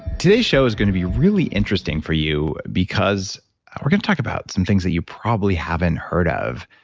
today's show is going to be really interesting for you because we're going to talk about some things that you probably haven't heard of.